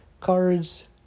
cards